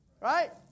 right